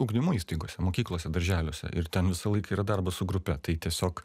ugdymo įstaigose mokyklose darželiuose ir ten visą laiką yra darbas su grupe tai tiesiog